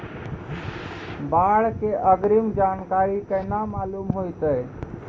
बाढ़ के अग्रिम जानकारी केना मालूम होइतै?